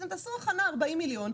תעשו הכנה עם 40 מיליון,